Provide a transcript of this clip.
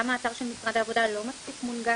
גם האתר של משרד העבודה לא מספיק מונגש.